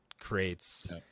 creates